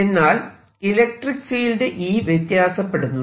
എന്നാൽ electric field E വ്യത്യാസപ്പെടുന്നുണ്ട്